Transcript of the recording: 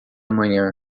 manhã